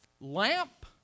lamp